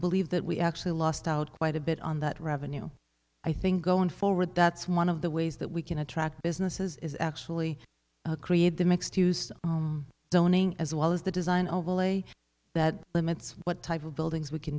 believe that we actually lost out quite a bit on that revenue i think going forward that's one of the ways that we can attract businesses is actually create the mixed use donating as well as the design overlay that limits what type of buildings we can